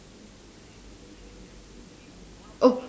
oh